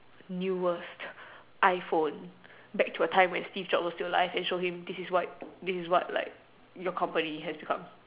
newest I phone back to the time when Steve job was still alive and show him this is what this is what like your company has become